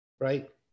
Right